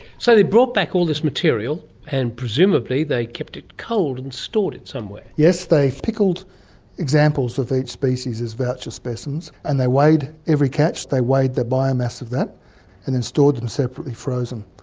so they brought back all this material, and presumably they kept it cold and stored it somewhere. yes, they pickled examples of each species as voucher specimens, and they weighed every catch. they weighed the biomass of that and then stored them separately, frozen.